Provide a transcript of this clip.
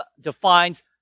defines